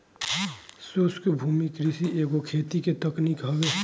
शुष्क भूमि कृषि एगो खेती के तकनीक हवे